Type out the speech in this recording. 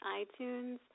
iTunes